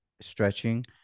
stretching